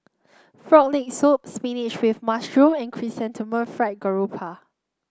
Frog Leg Soup Spinach with Mushroom and Chrysanthemum Fried Garoupa